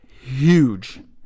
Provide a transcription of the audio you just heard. huge